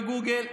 בגוגל,